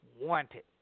wanted